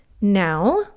Now